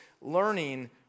learning